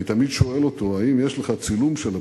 אני תמיד שואל אותו: האם יש לך צילום של הפתק?